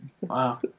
wow